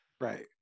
Right